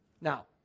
Now